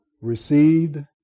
received